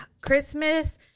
Christmas